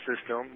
system